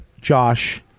Josh